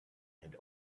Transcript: and